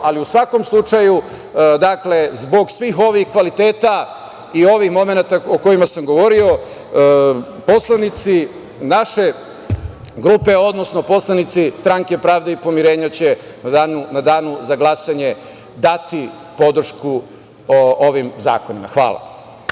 Ali, u svakom slučaju, zbog svih ovih kvaliteta i ovih momenata o kojima sam govorio, poslanici naše grupe, odnosno poslanici Stranke pravde i pomirenja će u danu za glasanje dati podršku ovim zakonima. Hvala.